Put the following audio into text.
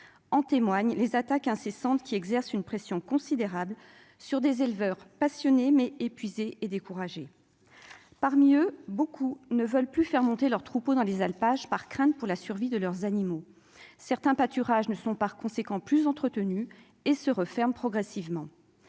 en témoignent les attaques incessantes qui exerce une pression considérable sur des éleveurs passionnés mais épuisés et découragés, parmi eux, beaucoup ne veulent plus faire monter leurs troupeaux dans les alpages, par crainte pour la survie de leurs animaux, certains pâturages ne sont par conséquent plus entretenus et se referme progressivement